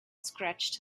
scratched